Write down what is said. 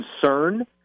concern